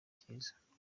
cyiza